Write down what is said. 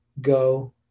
go